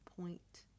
point